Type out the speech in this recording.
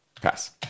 pass